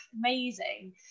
amazing